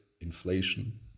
inflation